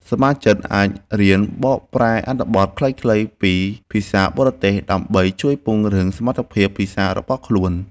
សមាជិកអាចរៀនបកប្រែអត្ថបទខ្លីៗពីភាសាបរទេស ដើម្បីជួយពង្រឹងសមត្ថភាពភាសារបស់ខ្លួន។